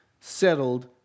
settled